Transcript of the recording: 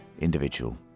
individual